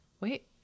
Wait